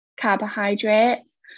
carbohydrates